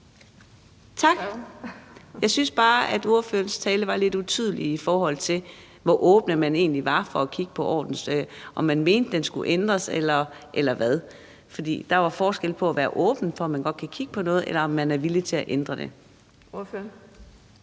Tak. Jeg synes bare, at ordførerens tale var lidt utydelig, i forhold til hvor åben man egentlig var over for at kigge på ordensreglementet, og i forhold til om man mente den skulle ændres. For der er jo forskel på at være åben over for, at man godt kan kigge på noget, og at være villig til at ændre det.